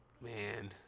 Man